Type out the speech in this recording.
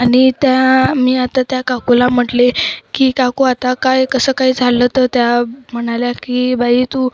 आणि त्या मी आता त्या काकूला म्हटले की काकू आता काय कसं काय झालं तर त्या म्हणाल्या की बाई तू